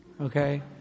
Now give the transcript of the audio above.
okay